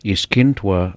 Iskintwa